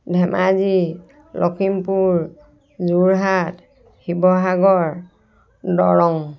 Dhemaji Lakhimpur Jorhat Sivasagar Darrang